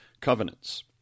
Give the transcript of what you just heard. covenants